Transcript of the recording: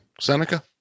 Seneca